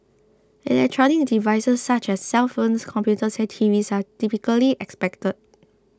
electronic devices such as cellphones computers and TVs are typically expected